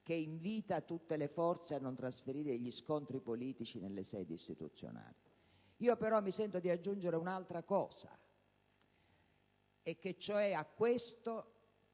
che invita tutte le forze a non trasferire gli scontri politici nelle sedi istituzionali. Però mi sento di aggiungere un'altra cosa, e cioè che a questo